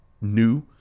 new